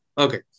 okay